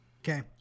Okay